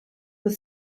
more